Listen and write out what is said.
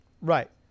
Right